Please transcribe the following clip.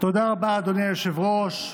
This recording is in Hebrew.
תודה רבה, אדוני היושב-ראש.